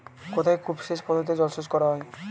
কোথায় কূপ সেচ পদ্ধতিতে জলসেচ করা হয়?